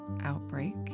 outbreak